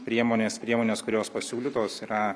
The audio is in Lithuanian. priemonės priemonės kurios pasiūlytos yra